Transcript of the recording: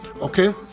okay